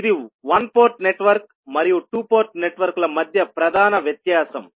ఇది one port network మరియు 2 port నెట్వర్క్ల మధ్య ప్రధాన వ్యత్యాసం